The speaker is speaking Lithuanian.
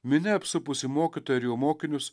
minia apsupusi mokytoją ir jo mokinius